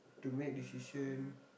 to make decision